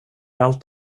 allt